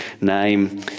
name